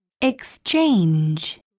Exchange